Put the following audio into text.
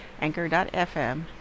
anchor.fm